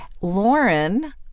Lauren